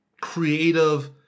creative